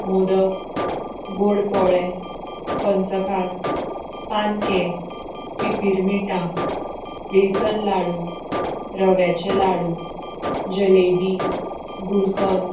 मोदक गोड पोळे पंचकात पानके पिपीर मिठां बेसन लाडू रव्याचे लाडू जलेबी गुल्कन